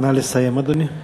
נא לסיים, אדוני.